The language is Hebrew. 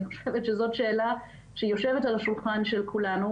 אני חושבת שזאת שאלה שיושבת על השולחן של כולנו,